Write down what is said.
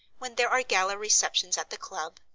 when there are gala receptions at the club,